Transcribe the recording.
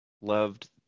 loved